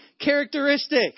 characteristic